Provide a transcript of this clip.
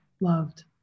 loved